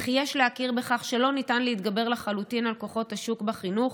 וכי יש להכיר בכך שלא ניתן להתגבר לחלוטין על כוחות השוק בחינוך,